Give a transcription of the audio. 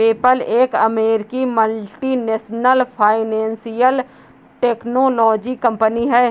PayPal एक अमेरिकी multinational financial technology company है